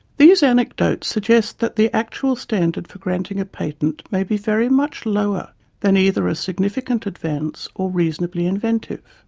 these anecdotes suggest that the actual standard for granting a patent may be very much lower than either a significant advance or reasonably inventive.